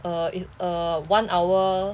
uh it's uh one hour